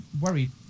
worried